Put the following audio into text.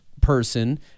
person